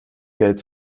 geld